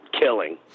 killing